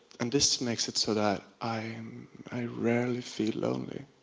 and this makes it so that i um i rarely feel lonely.